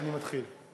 אני מתחיל.